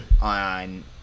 on